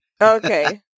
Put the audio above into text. Okay